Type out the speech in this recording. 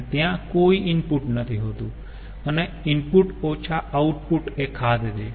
અને ત્યાં કોઈ ઈનપુટ નથી હોતું અને ઈનપુટ ઓછા આઉટપુટ એ ખાધ છે